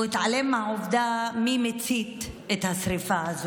הוא התעלם מהעובדה מי מצית את השרפה הזו,